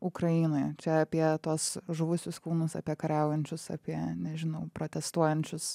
ukrainoje čia apie tuos žuvusius kūnus apie kariaujančius apie nežinau protestuojančius